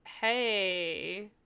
hey